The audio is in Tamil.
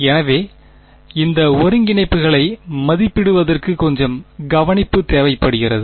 எனவே இந்த ஒருங்கிணைப்புகளை மதிப்பிடுவதற்கு கொஞ்சம் கவனிப்பு தேவைப்படுகிறது